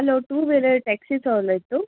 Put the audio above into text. hello two wheeler taxi सो उलयतां